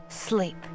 sleep